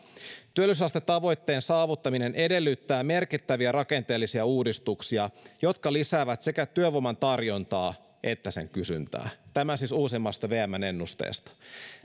työllisyysastetavoitteen saavuttaminen edellyttää merkittäviä rakenteellisia uudistuksia jotka lisäävät sekä työvoiman tarjontaa että sen kysyntää tämä siis uusimmasta vmn ennusteesta